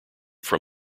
from